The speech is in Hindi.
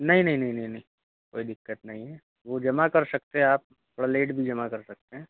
नहीं नहीं नहीं नहीं नहीं कोई दिक्कत नही है वो जमा कर सकते आप थोड़ा लेट भी जमा कर सकते हैं